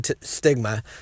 stigma